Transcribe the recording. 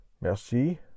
Merci